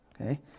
okay